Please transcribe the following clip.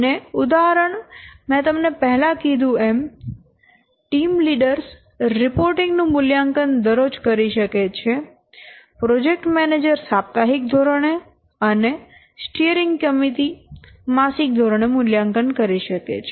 અને ઉદાહરણ મેં તમને પહેલા કીધું એમ ટીમ લીડર્સ રિપોર્ટિંગ નું મૂલ્યાંકન દરરોજ કરી શકે છે પ્રોજેક્ટ મેનેજર સાપ્તાહિક ધોરણે અને સ્ટીઅરિંગ કમિટી માસિક ધોરણે મૂલ્યાંકન કરી શકે છે